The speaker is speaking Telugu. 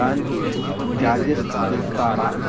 దానికి చార్జెస్ చూస్తారా?